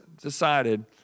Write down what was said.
decided